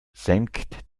senkt